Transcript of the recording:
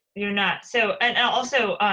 you're not. so and also,